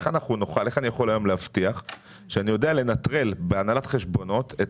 איך אני יכול היום להבטיח שאני יודע לנטרל בהנהלת חשבונות את